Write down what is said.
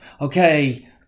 okay